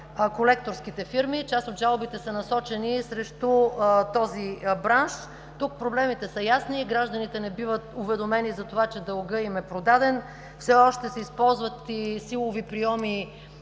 колекторските фирми. Част от жалбите са насочени срещу този бранш. Тук проблемите са ясни. Гражданите не биват уведомени за това, че дългът им е продаден. Все още се използват и силови прийоми